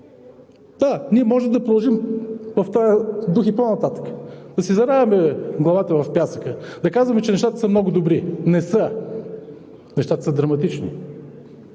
Да, ние можем да продължим в този дух и по-нататък – да си заравяме главата в пясъка, да казваме, че нещата са много добри. Не са! Нещата са драматични!